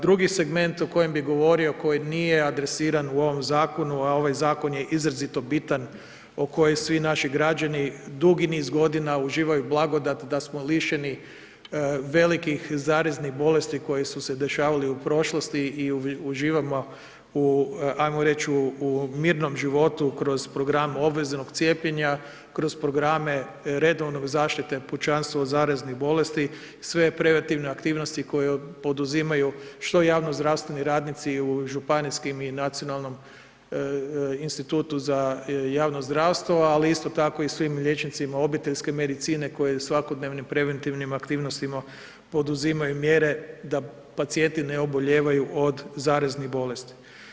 Drugi segment o kojem bi govorio koji nije adresiran u ovom zakonu, a ovaj zakon je izrazito bitan o kojoj svi naši građani dugi niz godina uživaju blagodat da smo lišeni velikih zaraznih bolesti koje su se dešavale u prošlosti i uživamo ajmo reći u mirnom životu kroz program obveznog cijepljenja, kroz programe redovnog zaštite pučanstava od zarazne bolesti, sve preventivne aktivnosti koje poduzimaju što javnozdravstveni radnici u županijskim i nacionalnom institutu za javno zdravstvo, ali isto tako i svim liječnicima obiteljske medicine koji svakodnevnim preventivnim aktivnostima poduzimaju mjere da pacijenti ne obolijevaju od zaraznih bolesti.